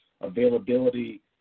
availability